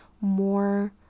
more